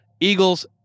Eagles